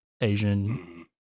Asian